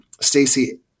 Stacey